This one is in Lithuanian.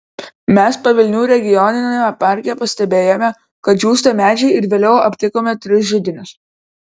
mes pavilnių regioniniame parke pastebėjome kad džiūsta medžiai ir vėliau aptikome tris židinius